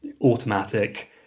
automatic